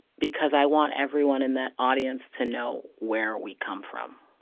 because i want everyone in that audience to know where we come from